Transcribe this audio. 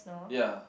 ya